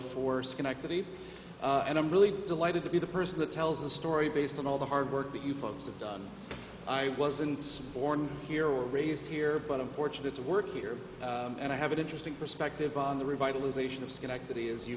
for schenectady and i'm really delighted to be the person that tells the story based on all the hard work that you folks have done i wasn't born here or raised here but i'm fortunate to work here and i have an interesting perspective on the revitalization of schenectady as you